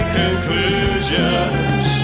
conclusions